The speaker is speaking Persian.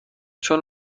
چون